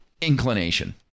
inclination